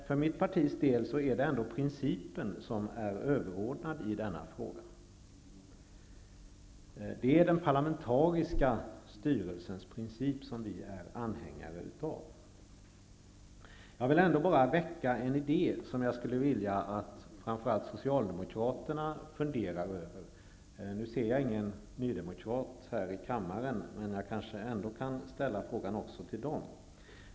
För mitt partis del är det ändå principen som är överordnad i denna fråga. Vi är anhängare av den parlamentariska styrelsens princip. Jag vill ändå väcka en idé, som jag skulle vilja att framför allt Socialdemokraterna funderar över. Jag ser ingen nydemokrat i kammaren, men jag ställer ändå frågan även till Ny demokrati.